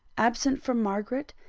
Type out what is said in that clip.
absent from margaret,